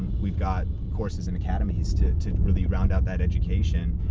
we've got courses in academies to to really round out that education.